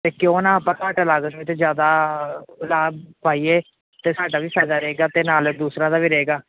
ਅਤੇ ਕਿਉਂ ਨਾ ਆਪਾਂ ਘੱਟ ਲਾਗਤ ਵਿੱਚ ਜ਼ਿਆਦਾ ਲਾਭ ਪਾਈਏ ਅਤੇ ਸਾਡਾ ਵੀ ਫਾਇਦਾ ਰਹੇਗਾ ਅਤੇ ਨਾਲ ਦੂਸਰਿਆਂ ਦਾ ਵੀ ਰਹੇਗਾ